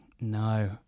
No